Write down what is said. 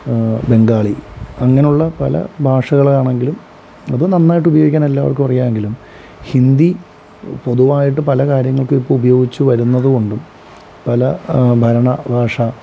ബംഗാളി അങ്ങനെയുള്ള പല ഭാഷകളാണെങ്കിലും അത് നന്നായിട്ട് ഉപയോഗിക്കാൻ എല്ലാവർക്കും അറിയാമെങ്കിലും ഹിന്ദി പൊതുവായിട്ട് പല കാര്യങ്ങൾക്കും ഇപ്പോൾ ഉപയോഗിച്ച് വരുന്നതുകൊണ്ടും പല ഭരണ ഭാഷ